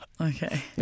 Okay